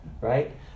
right